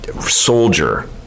soldier